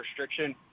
restriction